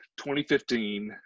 2015